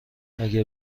اگر